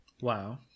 wow